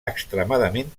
extremadament